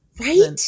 Right